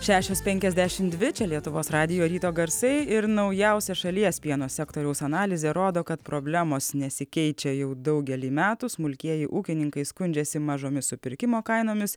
šešios penkiasdešim dvi čia lietuvos radijo ryto garsai ir naujausia šalies pieno sektoriaus analizė rodo kad problemos nesikeičia jau daugelį metų smulkieji ūkininkai skundžiasi mažomis supirkimo kainomis